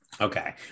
Okay